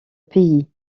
pays